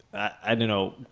i don't know,